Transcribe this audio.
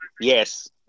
Yes